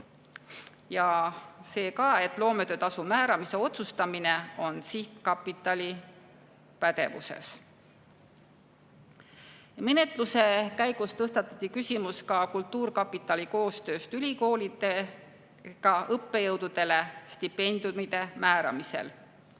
Ja see ka, et loometöötasu määramise otsustamine on sihtkapitali pädevuses. Menetluse käigus tõstatati küsimus kultuurkapitali ja ülikoolide koostöö kohta õppejõududele stipendiumide määramisel.